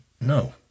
no